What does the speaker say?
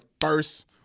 first